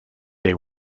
they